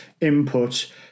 input